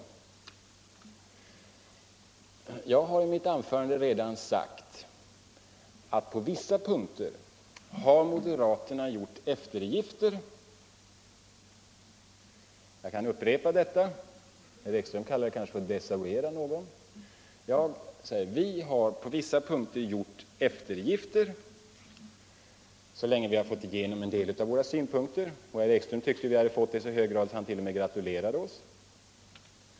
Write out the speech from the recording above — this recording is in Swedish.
Jag har i mitt anförande redan sagt att på vissa punkter har moderaterna gjort eftergifter. Jag kan upprepa detta. Herr Ekström kallar det kanske för att desavouera någon. Jag säger: Vi har på vissa punkter gjort eftergifter så länge vi fått igenom en del av våra synpunkter. Herr Ekström tyckte att vi hade fått det i så hög grad att han t.o.m. gratulerade oss.